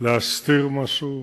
להסתיר משהו,